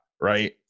right